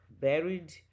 buried